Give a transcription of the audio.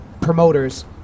promoters